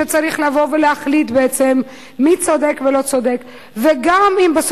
שצריך לבוא ולהחליט מי צודק ולא צודק.